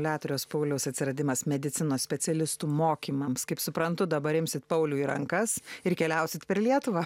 keturios pauliaus atsiradimas medicinos specialistų mokymams kaip suprantu dabar imsite pauliui į rankas ir keliausite per lietuvą